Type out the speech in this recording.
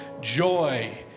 Joy